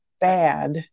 bad